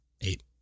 Eight